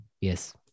Yes